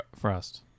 Frost